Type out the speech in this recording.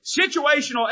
Situational